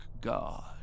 god